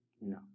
no